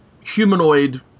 humanoid